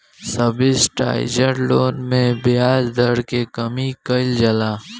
subsidised loan में ब्याज दर के कमी कइल जाला